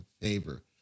favor